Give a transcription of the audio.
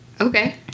Okay